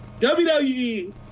WWE